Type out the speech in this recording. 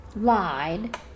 lied